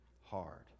hard